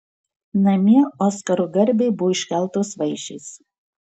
namie oskaro garbei buvo iškeltos vaišės